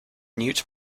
newt